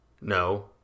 No